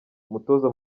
umutoza